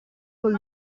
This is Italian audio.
con